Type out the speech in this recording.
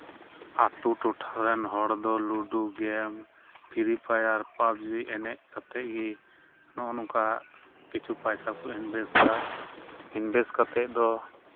ᱟᱹᱛᱩ ᱴᱚᱴᱷᱟ ᱨᱮᱱ ᱦᱚᱲ ᱫᱚ ludo game free fire PUBG ᱮᱱᱮᱡ ᱠᱟᱛᱮᱫ ᱜᱮ ᱱᱚᱜᱼᱚ ᱱᱚᱝᱠᱟ ᱠᱤᱪᱷᱩ ᱯᱟᱭᱥᱟ ᱠᱚ ᱤᱱᱵᱷᱮᱥᱴ ᱫᱟ ᱤᱱᱵᱷᱮᱥᱴ ᱠᱟᱛᱮᱫ ᱫᱚ